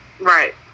Right